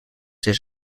his